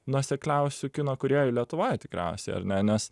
nuosekliausių kino kūrėjų lietuvoje tikriausiai ar ne nes